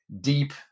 deep